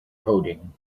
coding